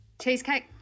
Cheesecake